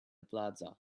plaza